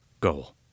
goal